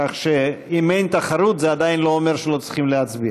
כך שאם אין תחרות זה עדיין לא אומר שלא צריך להצביע.